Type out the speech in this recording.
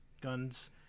guns